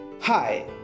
Hi